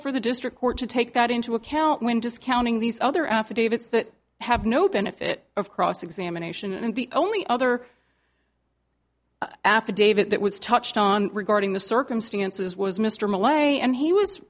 for the district court to take that into account when discounting these other affidavits that have no benefit of cross examination and the only other affidavit that was touched on regarding the circumstances was mr malayo and he was